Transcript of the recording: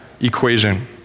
equation